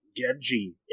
Genji